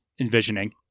envisioning